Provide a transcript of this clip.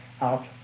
out